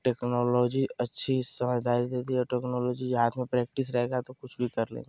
technology अच्छी समझदारी देती है टेकनोलोजी जो हाथ में प्रैक्टिस रहेगा तो कुछ भी कर लेंगे